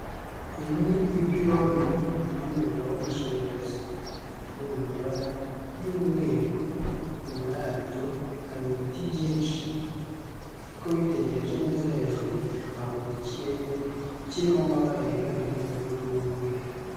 Iri ni ipironi ry'umuriro w'amashanyarazi, riri mu mabara y'umweru, inyuma yaryo hari ibiti byinshi, ariko witegereje neza hejuru wabona ikirere, kirimo amabara yiganjemo ubururu n'umweru.